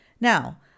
Now